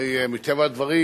הרי מטבע הדברים